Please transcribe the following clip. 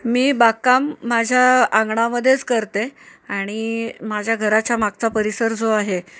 मी बागकाम माझ्या अंगणामध्येच करते आणि माझ्या घराच्या मागचा परिसर जो आहे